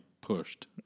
pushed